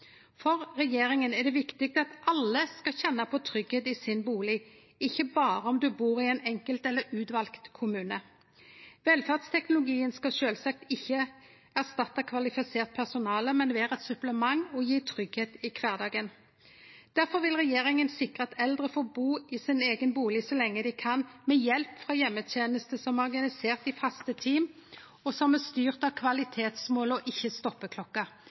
for den einskilde. Det er viktig for regjeringa at alle skal kjenne på tryggleik i bustaden sin, ikkje berre om ein bur i ein enkelt eller utvald kommune. Velferdsteknologien skal sjølvsagt ikkje erstatte kvalifisert personale, men vere eit supplement og gje tryggleik i kvardagen. Difor vil regjeringa sikre at eldre får bu i sin eigen bustad så lenge dei kan, med hjelp frå heimeteneste som er organisert i faste team, og som er styrt av kvalitetsmål og ikkje